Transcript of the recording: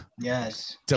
Yes